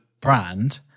brand